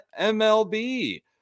MLB